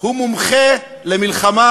הוא מומחה למלחמה